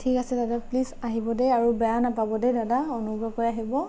ঠিক আছে দাদা প্লিজ আহিব দেই আৰু বেয়া নাপাব দেই দাদা অনুগ্ৰহ কৰি আহিব